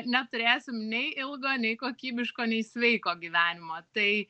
neturėsim nei ilgo nei kokybiško nei sveiko gyvenimo tai